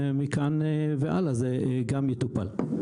ומכאן והלאה זה גם יטופל.